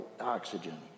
oxygen